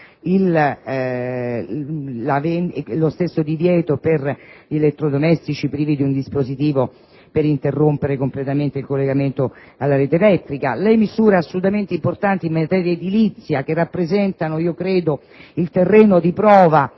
lo stesso divieto per gli elettrodomestici privi di un dispositivo per interrompere completamente il collegamento alla rete elettrica; le misure, di assoluto rilievo, in materia edilizia, che rappresentano a mio avviso un terreno di prova